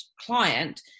client